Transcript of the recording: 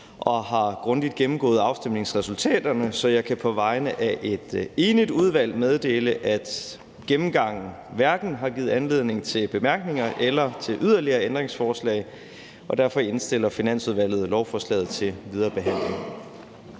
og grundigt har gennemgået afstemningsresultaterne. Så jeg kan på vegne af et enigt udvalg meddele, at gennemgangen hverken har givet anledning til bemærkninger eller til yderligere ændringsforslag. Derfor indstiller Finansudvalget lovforslaget til videre behandling.